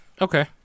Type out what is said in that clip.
Okay